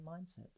mindset